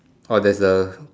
uh there's a